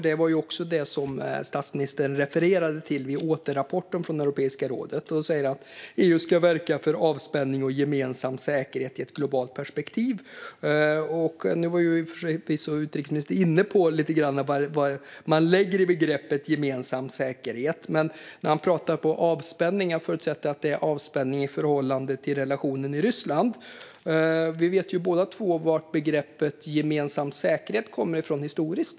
Det var ju det statsministern refererade till i återrapporten från Europeiska rådets möte - att EU ska verka för avspänning och gemensam säkerhet i ett globalt perspektiv. Utrikesministern var förvisso inne på vad man lägger i begreppet gemensam säkerhet, men när statsministern talar om avspänning förutsätter jag att det är avspänning i förhållande till relationen med Ryssland. Vi vet ju båda varifrån begreppet gemensam säkerhet kommer historiskt.